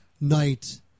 night